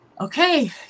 okay